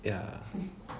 ya